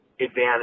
advantage